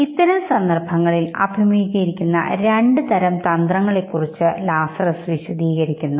ഇത്തരം സന്ദർഭങ്ങളിൽ അഭിമുഖീകരിക്കുന്ന രണ്ടുതരം തന്ത്രങ്ങളെക്കുറിച്ച് ലാസറസ് വിശദീകരിക്കുന്നു